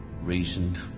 reasoned